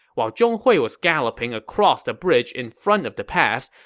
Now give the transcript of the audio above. while zhong hui was galloping across the bridge in front of the pass,